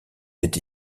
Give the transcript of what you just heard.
été